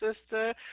sister